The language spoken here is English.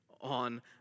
on